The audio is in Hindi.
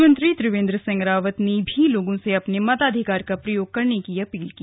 मुख्यमंत्री त्रिवेंद्र सिंह रावत ने भी लोगों से अपने मताधिकार का प्रयोग करने की अपील की